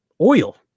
oil